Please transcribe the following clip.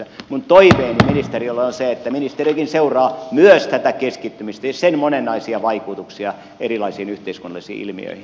minun toiveeni ministeriölle on se että ministerikin seuraa myös tätä keskittymistä ja sen monenlaisia vaikutuksia erilaisiin yhteiskunnallisiin ilmiöihin